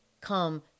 come